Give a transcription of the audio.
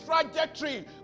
trajectory